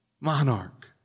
monarch